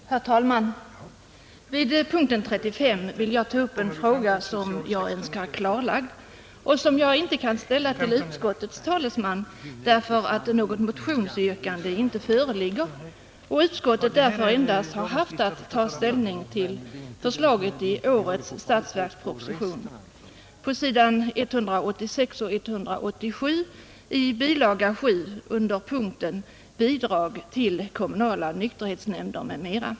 Herr talman! Vid punkten 35 vill jag ta upp en fråga som jag önskar klarlagd och som jag inte kan ställa till utskottets talesman därför att något motionsyrkande inte föreligger och utskottet endast haft att ta ställning till förslaget i årets statsverksproposition, på s. 186 och 187 i bilaga 7 under punkten Bidrag till kommunala nykterhetsnämnder m.m.